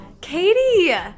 Katie